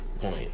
point